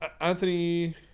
Anthony